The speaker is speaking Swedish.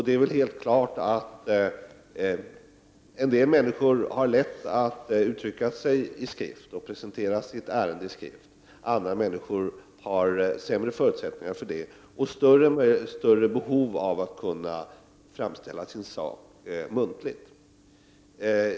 Det är helt klart att en del människor har lätt att uttrycka sig i skrift och presentera sitt ärende i skrift. Andra människor har sämre förutsättningar för det och större behov av att kunna framställa sin sak muntligt.